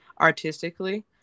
artistically